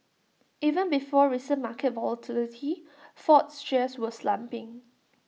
even before recent market volatility Ford's shares were slumping